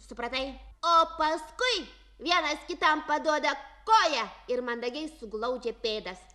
supratai o paskui vienas kitam paduoda koją ir mandagiai suglaudžia pėdas